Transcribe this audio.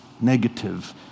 negative